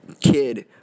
kid